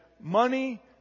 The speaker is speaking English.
money